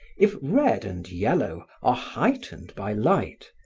if red and yellow are heightened by light,